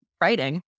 writing